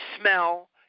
smell